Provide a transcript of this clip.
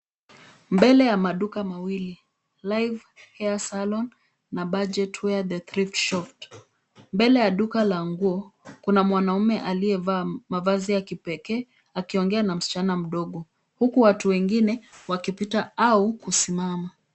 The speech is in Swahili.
Mbele ya maduka mawili, live hair salon na budget wear the thrift shop . Mbele ya duka la nguo, kuna mwanaume aliyevaa mavazi ya kipekee akiongea na msichana mdogo huku watu wengine wakipita au kusimama.